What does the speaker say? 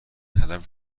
هدف